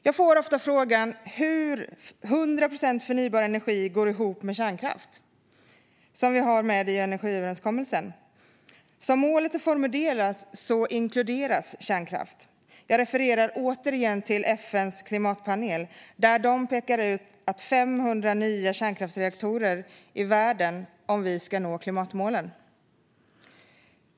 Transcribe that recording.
Jag får ofta frågan om hur 100 procent förnybar energi går ihop med kärnkraft, som vi har med i energiöverenskommelsen. Som målet är formulerat inkluderas kärnkraft. Jag refererar återigen till FN:s klimatpanel, som pekar ut behovet av 500 nya kärnkraftsreaktorer i världen om vi ska nå klimatmålen.